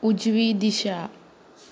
उजवी दिशा